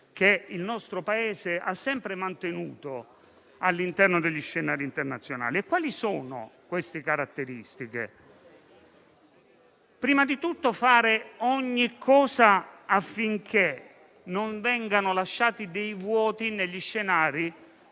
che il nostro Paese ha sempre mantenuto all'interno degli scenari internazionali. Cito prima di tutto, tra tali caratteristiche, proprio quella di fare ogni cosa affinché non vengano lasciati dei vuoti negli scenari